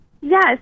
Yes